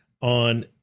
on